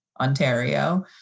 Ontario